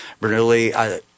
Bernoulli